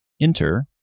Enter